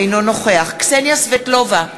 אינו נוכח קסניה סבטלובה,